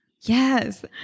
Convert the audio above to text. Yes